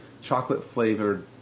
chocolate-flavored